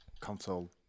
console